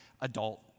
adult